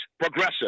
progressive